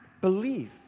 believe